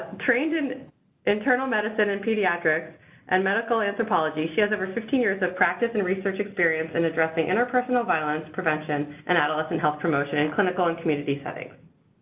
trained in internal medicine and pediatrics and medical anthropology, she has over fifteen years of practice and research experience in addressing interpersonal violence prevention and adolescent health promotion in clinical and community settings.